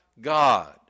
God